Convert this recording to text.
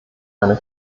eine